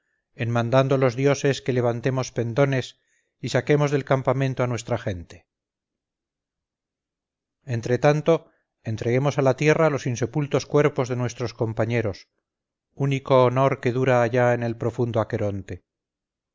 en mandando los dioses que levantemos pendones y saquemos del campamento a nuestra gente entre tanto entreguemos a la tierra los insepultos cuerpos de nuestros compañeros único honor que dura allá en el profundo